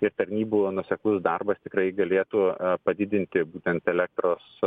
ir tarnybų nuoseklus darbas tikrai galėtų padidinti būtent elektros